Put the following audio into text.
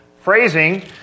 phrasing